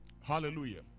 Hallelujah